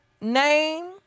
name